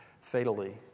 fatally